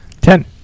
Ten